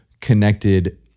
connected